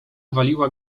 waliła